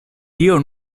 tio